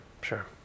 sure